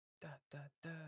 Da-da-da